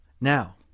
Now